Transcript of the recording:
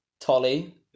Tolly